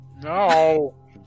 No